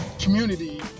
community